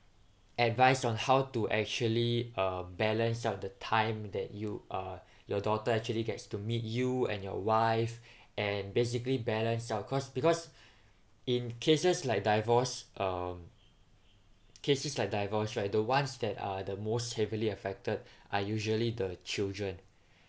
advice on how to actually uh balance out the time that you uh your daughter actually gets to meet you and your wife and basically balance out cause because in cases like divorce um cases like divorce right the ones that are the most heavily affected are usually the children